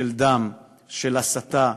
של דם, של הסתה.